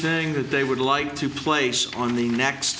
hing that they would like to place on the next